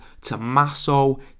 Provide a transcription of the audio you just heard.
Tommaso